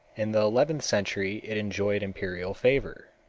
in the eleventh century it enjoyed imperial favor.